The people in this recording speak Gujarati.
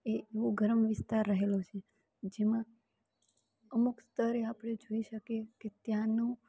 એ એવો ગરમ વિસ્તાર રહેલો છે જેમાં અમુક સ્તરે આપણે જોઈ શકીએ કે ત્યાનું